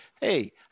Hey